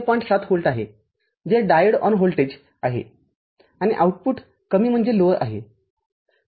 ७ volt आहे जे diode on voltage आहे आणि आउटपुट कमी आहे